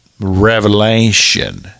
revelation